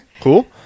cool